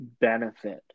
benefit